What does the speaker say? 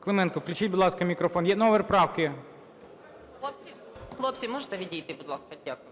Клименко, включіть, будь ласка, мікрофон. Є номер правки. 13:08:19 КЛИМЕНКО Ю.Л. Хлопці, можете відійти, будь ласка? Дякую.